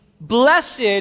blessed